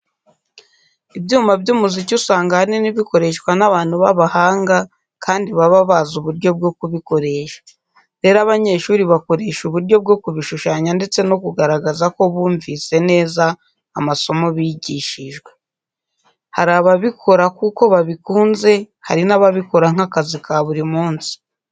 Ibyuma by'umuziki usanga ahanini bikoreshwa n'abantu b'abahanga kandi baba bazi uburyo bwo kubikoresha. Rero abanyeshuri bakoresha uburyo bwo kubishushanya ndetse no kugaragaza ko bumvise neza amasomo bigishijwe. Hari ababikora kuko babikunze, hari n'ababikora nk'akazi ka buri munsi.